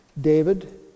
David